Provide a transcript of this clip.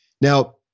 Now